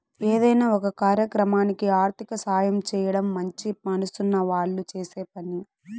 ఏదైనా ఒక కార్యక్రమానికి ఆర్థిక సాయం చేయడం మంచి మనసున్న వాళ్ళు చేసే పని